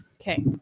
Okay